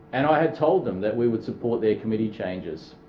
and i had told them that we would support their committee changes.